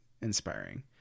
inspiring